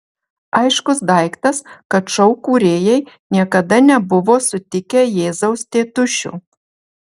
aiškus daiktas kad šou kūrėjai niekada nebuvo sutikę jėzaus tėtušio